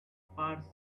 purse